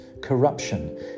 corruption